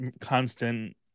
constant